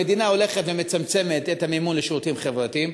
המדינה מצמצמת את המימון של שירותים חברתיים,